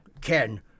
Ken